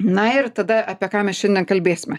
na ir tada apie ką mes šiandien kalbėsime